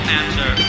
answer